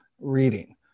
reading